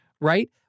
Right